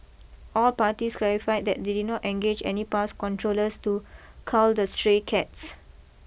all parties clarified that they did not engage any pest controllers to cull the stray cats